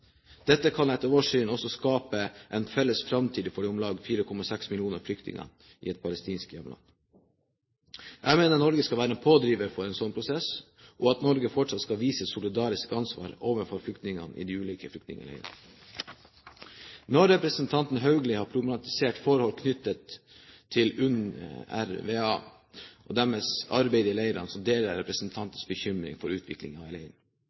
Dette kan etter vårt syn også skape en felles framtid for de om lag 4,6 millioner flyktinger i et palestinsk hjemland. Jeg mener Norge skal være en pådriver for en slik prosess, og at Norge fortsatt skal vise et solidarisk ansvar overfor flyktningene i de ulike flyktningleirene. Når representanten Haugli har problematisert forhold knyttet til UNRWA og deres arbeid i leirene, deler jeg representantens bekymring for